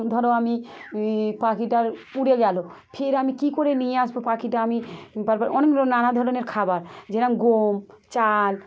ধরো আমি ই পাখিটার উড়ে গেল ফের আমি কী করে নিয়ে আসব পাখিটা আমি তারপর অনেকগুলো নানা ধরনের খাবার যেরকম গম চাল